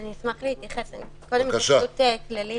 אני אשמח להתייחס קודם התייחסות כללית